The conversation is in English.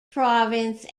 province